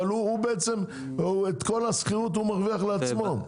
אבל את כל השכירות הוא מרוויח לעצמו.